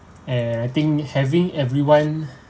and I think having everyone